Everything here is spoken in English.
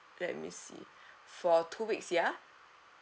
let me see for two weeks ya